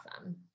Awesome